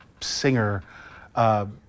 singer